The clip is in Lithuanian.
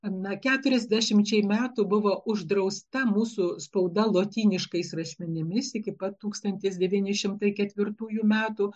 na keturiasdešimčiai metų buvo uždrausta mūsų spauda lotyniškais rašmenimis iki pat tūkstantis devyni šimtai ketvirtųjų metų